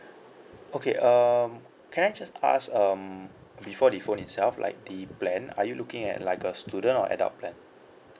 okay um can I just ask um before the phone itself like the plan are you looking at like a student or adult plan